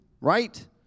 right